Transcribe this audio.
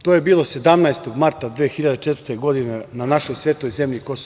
To je bilo 17. marta 2004. godine na našoj svetoj zemlji KiM.